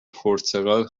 پرتقال